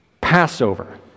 Passover